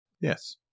Yes